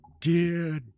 dear